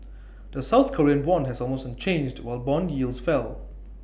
the south Korean won was almost unchanged while Bond yields fell